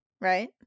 right